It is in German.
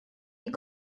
die